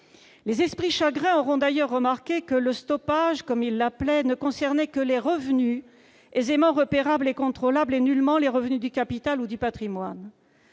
Les esprits chagrins auront d'ailleurs remarqué que le « stoppage » ne concernait que les revenus aisément repérables et contrôlables et nullement ceux du capital ou du patrimoine.